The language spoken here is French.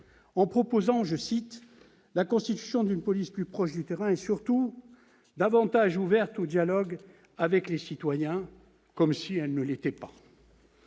en proposant « la constitution d'une police plus proche du terrain et surtout davantage ouverte au dialogue avec les citoyens »- comme si elle ne l'était pas